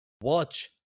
watch